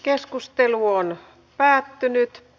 keskustelu päättyi